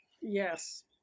Yes